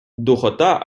духота